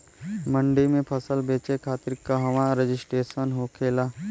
मंडी में फसल बेचे खातिर कहवा रजिस्ट्रेशन होखेला?